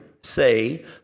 Say